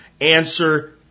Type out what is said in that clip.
Answer